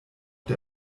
der